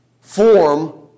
form